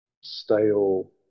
stale